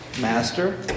Master